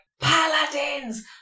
Paladins